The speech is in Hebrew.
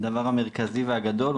הדבר המרכזי והגדול,